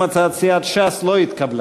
גם הצעת סיעת ש"ס לא התקבלה.